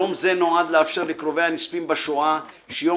יום זה נועד לאפשר לקרובי הנספים בשואה שיום